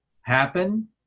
happen